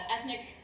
ethnic